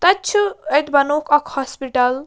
تَتہِ چھُ اَتہِ بَنووُکھ اَکھ ہاسپِٹَل